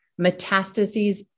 metastases